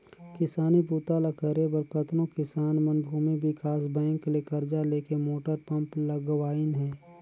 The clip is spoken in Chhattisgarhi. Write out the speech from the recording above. किसानी बूता ल करे बर कतनो किसान मन भूमि विकास बैंक ले करजा लेके मोटर पंप लगवाइन हें